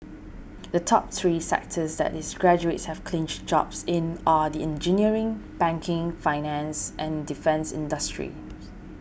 the top three sectors that its graduates have clinched jobs in are the engineering banking finance and defence industries